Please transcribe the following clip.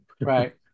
Right